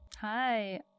Hi